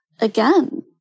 again